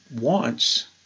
wants